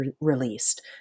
released